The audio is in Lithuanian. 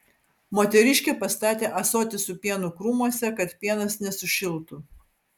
moteriškė pastatė ąsotį su pienu krūmuose kad pienas nesušiltų